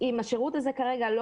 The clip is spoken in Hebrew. מה יהיו השעות שלהם,